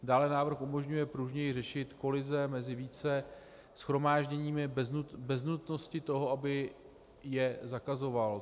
Dále návrh umožňuje pružněji řešit kolize mezi více shromážděními bez nutnosti toho, aby je zakazoval.